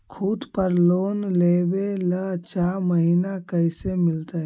खूत पर लोन लेबे ल चाह महिना कैसे मिलतै?